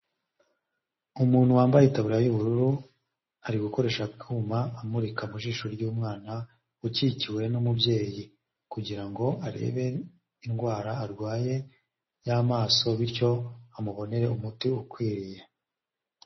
Imuntu wambaye itaburiya y'ubururu, ari gukoresha akuma amurika mu jisho ry'umwana ukikiwe n'umubyeyi, kugira ngo arebe indwara arwaye y'amaso bityo amubonere umuti ukwiriye.